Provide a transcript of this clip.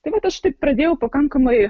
tai vat aš taip pradėjau pakankamai